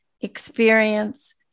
experience